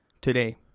Today